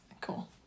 Cool